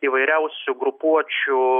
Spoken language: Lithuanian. įvairiausių grupuočių